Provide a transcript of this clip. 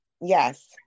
Yes